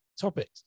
topics